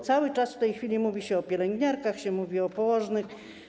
Cały czas w tej chwili mówi się o pielęgniarkach, mówi się o położnych.